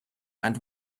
and